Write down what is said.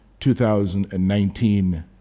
2019